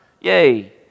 Yay